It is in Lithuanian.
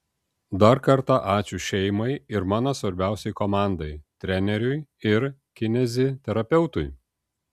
dar kartą ačiū šeimai ir mano svarbiausiai komandai treneriui ir kineziterapeutui